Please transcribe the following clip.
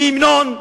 בלי המנון,